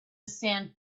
sand